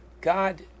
God